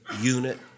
unit